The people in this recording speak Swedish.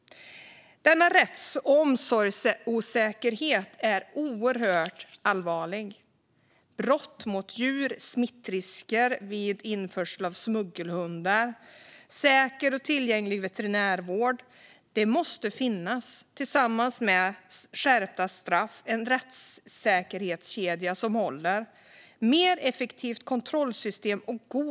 Denna rätts och omsorgsosäkerhet är oerhört allvarlig. Brott mot djur och smittrisker vid införsel av smuggelhundar måste förebyggas genom skärpta straff. God tillgång till säker veterinärvård måste finnas tillsammans med en rättskedja som håller och ett mer effektivt kontrollsystem.